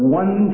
one